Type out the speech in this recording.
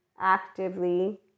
actively